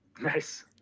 Nice